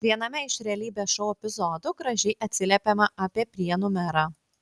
viename iš realybės šou epizodų gražiai atsiliepiama apie prienų merą